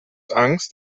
angst